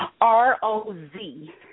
R-O-Z